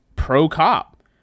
pro-cop